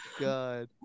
god